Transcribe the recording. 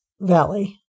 Valley